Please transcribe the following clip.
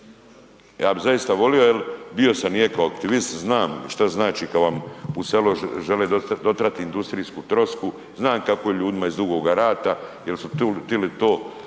ja bi zaista volio jel bio sam i eko aktivist, znam šta znači kad vam u selo žele dotrati industrijsku trosku, znam kako je ljudima iz Dugoga Rata jel su tili to